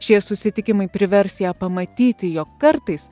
šie susitikimai privers ją pamatyti jog kartais